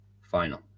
final